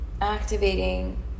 Activating